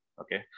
okay